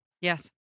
Yes